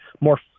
more